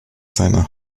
seiner